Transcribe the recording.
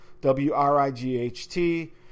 W-R-I-G-H-T